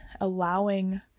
allowing